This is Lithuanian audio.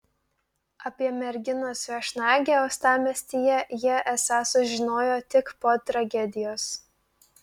apie merginos viešnagę uostamiestyje jie esą sužinojo tik po tragedijos